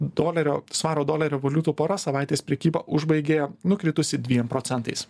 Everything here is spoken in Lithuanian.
dolerio svaro dolerio valiutų pora savaitės prekybą užbaigė nukritusi dviem procentais